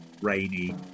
rainy